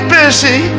busy